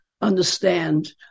understand